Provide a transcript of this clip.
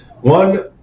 one